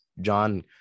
John